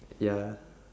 ya